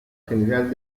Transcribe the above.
general